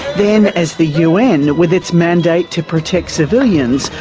then as the un, with its mandate to protect civilians,